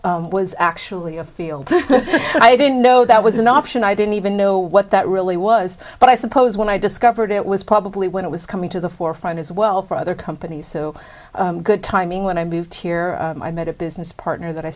development was actually a field i didn't know that was an option i didn't even know what that really was but i suppose when i discovered it was probably when it was coming to the forefront as well for other companies so good timing when i moved here i made it big it's partner that i